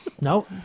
No